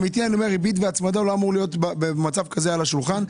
הריבית וההצמדה לא אמורים להיות במצב כזה על השולחן,